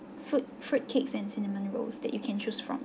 fruit fruitcakes and cinnamon rolls that you can choose from